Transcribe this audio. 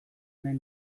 nahi